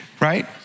right